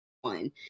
one